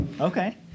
Okay